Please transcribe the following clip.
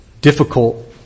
difficult